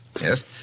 Yes